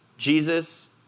Jesus